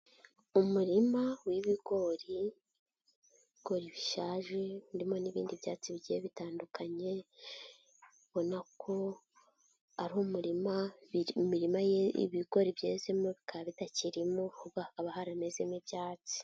Umurima w'ibigori, ibigori bishaje urimo n'ibindi byatsi bigiye bitandukanyebona, ubona ko ari umurima, imirima ibigori byezemo bikaba bitakirimo, ahubwo hakaba haramezemo ibyatsi.